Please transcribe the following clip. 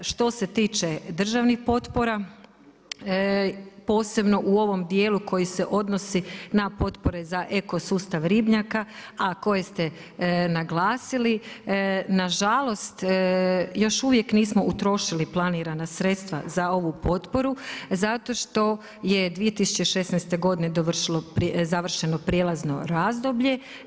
Što se tiče državnih potpora, posebno u ovom dijelu koji se odnosi na potpore za eko sustav ribnjaka, a koje ste naglasili, nažalost još uvijek nismo utrošili planirana sredstva za ovu potporu, zato što je 2016. godine završeno prijelazno razdoblje.